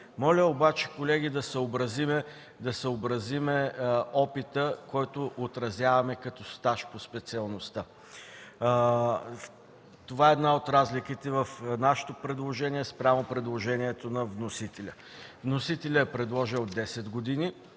Моля обаче, колеги, да съобразим опита, който отразяваме като стаж по специалността. Това е една от разликите в нашето предложение спрямо предложението на вносителя. Вносителят е предложил 10 години